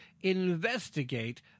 investigate